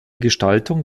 gestaltung